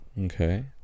okay